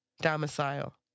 domicile